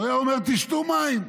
הוא היה אומר: תשתו מים.